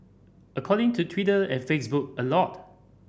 according to Twitter and Facebook a lot